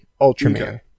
Ultraman